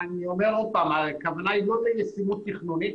הכוונה היא לא בישימות תכנונית.